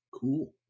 Cool